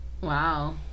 Wow